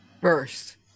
First